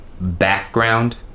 background